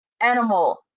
animal